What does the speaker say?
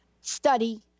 study